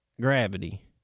gravity